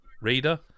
reader